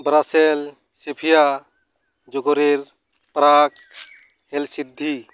Brussels Sofia ᱡᱳᱜᱳᱨᱮᱨ Prague ᱮᱞᱥᱤᱫᱽᱫᱷᱤ